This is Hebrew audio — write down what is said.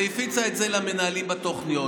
והפיצה את זה למנהלים בתוכניות.